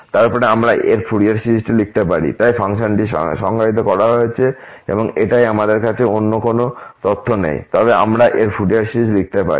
তারপরে আমরা এর ফুরিয়ার সিরিজটি লিখতে পারি তাই ফাংশনটি সংজ্ঞায়িত করা হয়েছে এবং এটাই আমাদের কাছে অন্য কোনও তথ্য নেই তবে আমরা এর ফুরিয়ার সিরিজটি লিখতে পারি